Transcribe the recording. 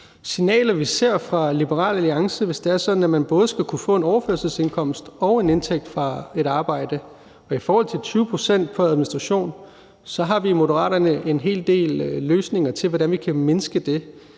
signaler, vi ser fra Liberal Alliance, hvis det er sådan, at man både skal kunne få en overførselsindkomst og en indtægt fra et arbejde. I forhold til de 20 pct. på administration har vi i Moderaterne en hel del løsninger til, hvordan vi kan mindske det.